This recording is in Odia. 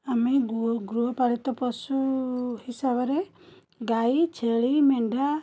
ଆମେ ଗୃହପାଳିତ ପଶୁ ହିସାବରେ ଗାଈ ଛେଳି ମେଣ୍ଢା